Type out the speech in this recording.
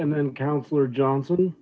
and then councilor johnson